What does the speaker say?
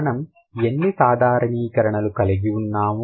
మనం ఎన్ని సాధారణీకరణలు కలిగి ఉన్నాము